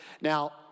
Now